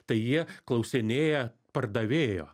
tai jie klausinėja pardavėjo